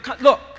Look